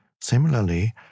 Similarly